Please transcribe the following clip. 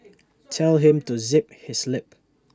tell him to zip his lip